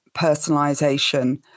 personalization